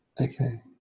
okay